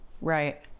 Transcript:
Right